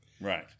Right